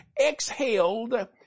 exhaled